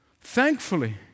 Thankfully